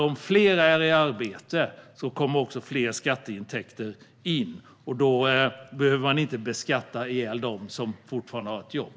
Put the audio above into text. Om fler är i arbete kommer också mer skatteintäkter in. Då behöver man inte beskatta ihjäl dem som fortfarande har ett jobb.